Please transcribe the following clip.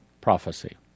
PROPHECY